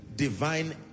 divine